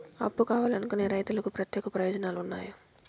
అప్పు కావాలనుకునే రైతులకు ప్రత్యేక ప్రయోజనాలు ఉన్నాయా?